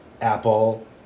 Apple